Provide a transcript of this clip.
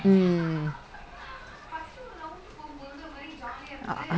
like like அந்த முன்னாடி:antha munnadi keeper இருந்துச்சுல:irunthuchula first keeper அந்த:antha like real brother